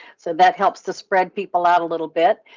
so that helps to spread people out a little bit.